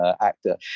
actor